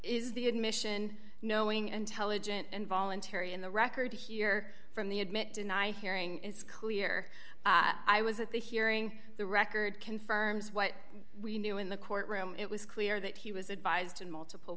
is the admission knowing intelligent and voluntary in the record here from the admit deny hearing it's clear i was at the hearing the record confirms what we knew in the courtroom it was clear that he was advised in multiple